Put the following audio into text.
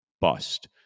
bust